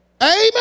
Amen